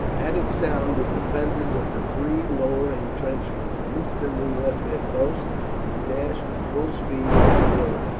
at its sound the defenders of the three lower intrenchments instantly left their posts and dashed at full speed up the hill,